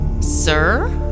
Sir